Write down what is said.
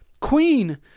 Queen